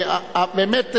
באמת,